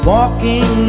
Walking